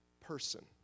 person